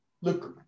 Look